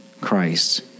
Christ